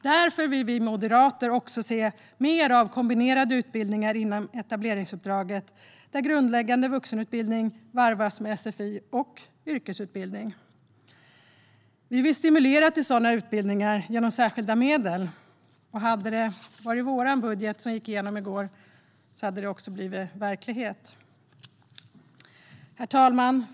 Därför vill vi moderater se mer av kombinerade utbildningar inom etableringsuppdraget där grundläggande vuxenutbildning varvas med sfi och yrkesutbildning. Vi vill stimulera till sådana utbildningar genom särskilda medel. Om det hade varit vår budget som gick igenom i går hade detta också blivit verklighet. Herr talman!